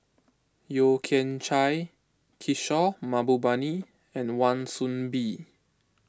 Yeo Kian Chai Kishore Mahbubani and Wan Soon Bee